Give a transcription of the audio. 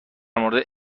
مورد